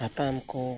ᱦᱟᱯᱲᱟᱢ ᱠᱚ